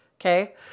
Okay